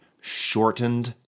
shortened